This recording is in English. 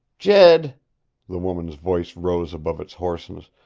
jed the woman's voice rose above its hoarseness.